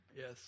Yes